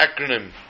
acronym